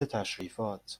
تشریفات